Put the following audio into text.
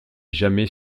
jamais